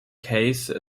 case